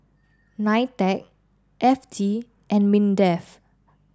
NITEC F T and MINDEF